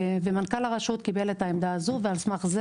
מנכ"ל הרשות קיבל את העמדה הזו ועל סמך כך